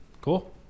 Cool